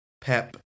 pep